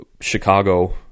chicago